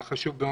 היה חשוב מאוד,